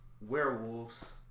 werewolves